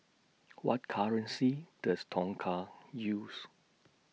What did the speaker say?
What currency Does Tonga use